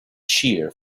shear